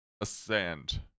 ascend